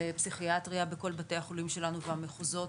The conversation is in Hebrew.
לפסיכיאטריה בכל בתי החולים שלנו והמחוזות,